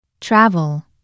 Travel